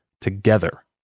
together